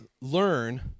learn